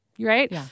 right